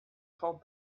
called